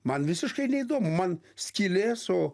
man visiškai neįdomu man skylė su